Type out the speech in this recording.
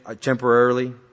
temporarily